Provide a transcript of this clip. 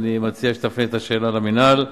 לכן אני מציע שתפנה את השאלה למינהל.